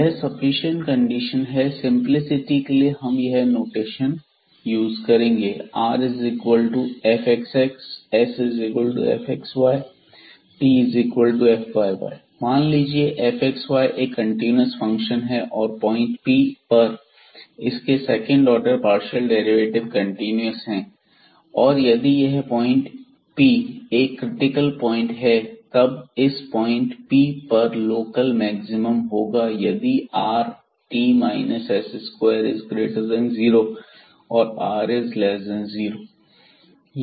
यह sufficient condition है simplicity के लिए हम यह नोटेशन यूज करेंगे rfxxab sfxyabtfyyab मान लीजिए fxyएक कंटीन्यूअस फंक्शन है और पॉइंट Pab पर इसके second order partial derivative continuous है और यदि यह पॉइंट Pab एक क्रिटिकल पॉइंट है तब इस पॉइंट Pab पर लोकल मैक्सिमम होगा यदि rt s20 और r0